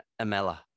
Amela